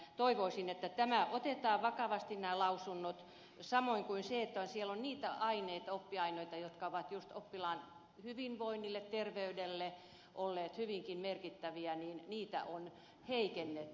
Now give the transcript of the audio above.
toivoisin että nämä lausunnot otetaan vakavasti samoin kuin se että siellä on niitä oppiaineita jotka ovat juuri oppilaan hyvinvoinnille terveydelle olleet hyvinkin merkittäviä ja joita on heikennetty